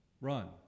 Run